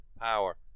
power